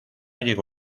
llegó